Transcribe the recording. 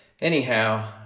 anyhow